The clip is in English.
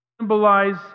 symbolize